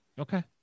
Okay